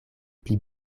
pli